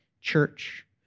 church